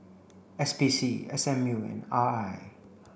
S P C S M U and R I